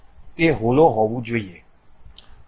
તે હોલો હોવું જોઈએ